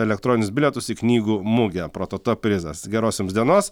elektroninius bilietus į knygų mugę prototo prizas geros jums dienos